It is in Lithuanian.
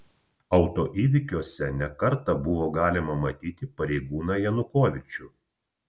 autoįvykiuose ne kartą buvo galima matyti pareigūną janukovyčių